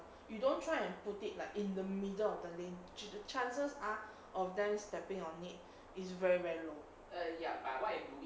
you don't try and put it like in the middle of the lane the chances are of them stepping on it it's very very low